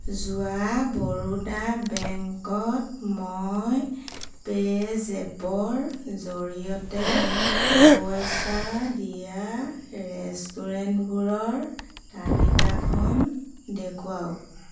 যোৱা বৰোদা বেংকত মই পে'জেপৰ জৰিয়তে পইচা দিয়া ৰেষ্টুৰেণ্টবোৰৰ তালিকাখন দেখুৱাওক